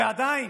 ועדיין,